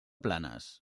planes